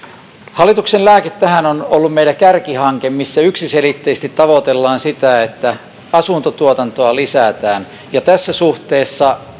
hallituksen lääke tähän on ollut kärkihanke missä yksiselitteisesti tavoitellaan sitä että asuntotuotantoa lisätään tässä suhteessa